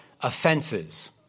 offenses